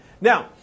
Now